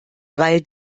weil